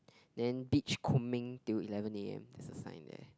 then beach combing till eleven A_M there's a sign there